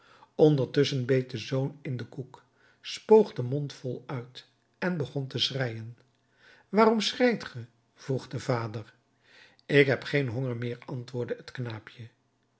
beet de zoon in den koek spoog de mondvol uit en begon te schreien waarom schreit ge vroeg de vader ik heb geen honger meer antwoordde het knaapje